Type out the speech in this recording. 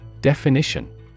Definition